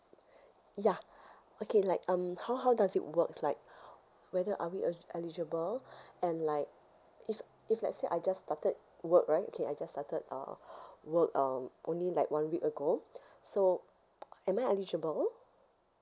ya okay like um how how does it works like whether are we eli~ eligible and like if if let's say I just started work right okay I just started uh work um only like one week ago so uh am I eligible